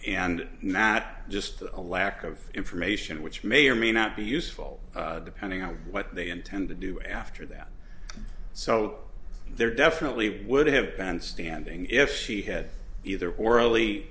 and not just a lack of information which may or may not be useful depending on what they intend to do after that so there definitely would have been standing if she had either orally